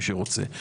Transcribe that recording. מי שרוצה).